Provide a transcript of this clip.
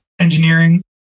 engineering